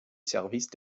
service